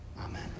Amen